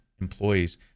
employees